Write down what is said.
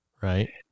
Right